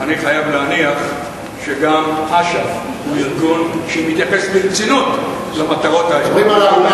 אני חייב להניח שגם אש"ף הוא ארגון שמתייחס ברצינות למטרות האלה.